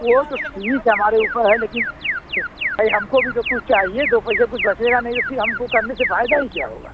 वो तो ठीक है हमारे ऊपर है लेकिन कुछ भई हमको भी तो कुछ चाहिए दो पैसे कुछ बचेगा नहीं तो फिर हमको करने से फायदा ही क्या होगा